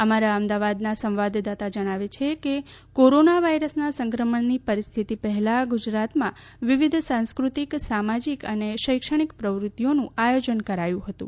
અમારા અમદાવાદના સંવાદદાતા જણાવે છે કે કોરોના વાયરસના સંક્રમણની પરિસ્થિતિ પહેલાં ગુજરાતમાં વિવિધ સાંસ્કૃતિક સામાજિક અને શૈક્ષાણિક પ્રવૃત્તિઓનું આયોજન કરાયું હતું